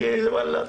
כי ואללה.